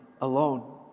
alone